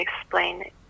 explain